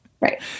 Right